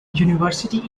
university